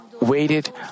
waited